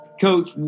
coach